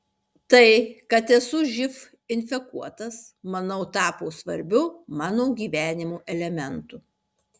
tai kad esu živ infekuotas manau tapo svarbiu mano gyvenimo elementu